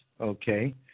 okay